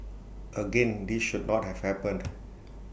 again this should not have happened